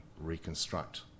reconstruct